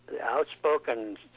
outspoken